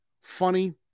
funny